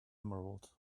emerald